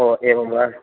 हो एवं वा